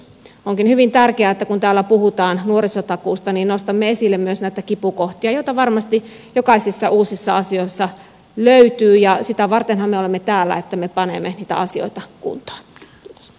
onkin hyvin tärkeää että kun täällä puhutaan nuorisotakuusta niin nostamme esille myös näitä kipukohtia joita varmasti jokaisissa uusissa asioissa löytyy ja sitä vartenhan me olemme täällä että me panemme niitä asioita kuntoon